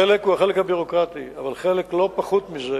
חלק הוא החלק הביורוקרטי, אבל חלק לא פחות מזה